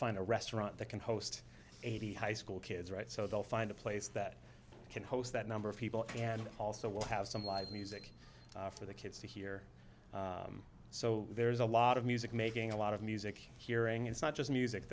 find a restaurant that can host eighty high school kids right so they'll find a place that can host that number of people and also have some live music for the kids to hear so there's a lot of music making a lot of music hearing it's not just music